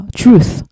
truth